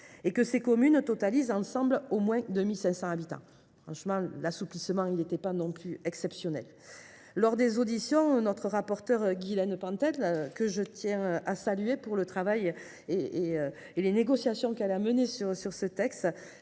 ; que ces communes totalisent ensemble au moins 2 500 habitants. L’assouplissement n’était pas exceptionnel… Lors des auditions, notre rapporteure Guylène Pantel, dont je tiens à saluer le travail et les négociations qu’elle a menées sur ce texte,